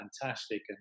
fantastic